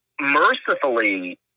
Mercifully